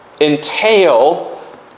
entail